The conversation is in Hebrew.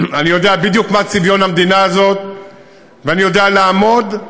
אני יודע בדיוק מה צביון המדינה הזאת ואני יודע לעמוד,